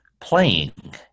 playing